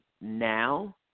now